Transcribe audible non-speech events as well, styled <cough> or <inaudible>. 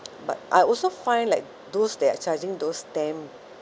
<noise> but I also find like those they're charging those them